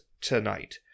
tonight